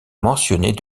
mentionnés